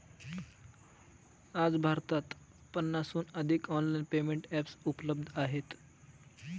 आज भारतात पन्नासहून अधिक ऑनलाइन पेमेंट एप्स उपलब्ध आहेत